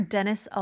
Dennis